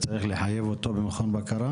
צריך לחייב אותו במכון בקרה?